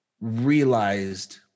realized